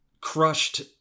crushed